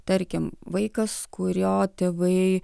tarkim vaikas kurio tėvai